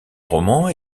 romans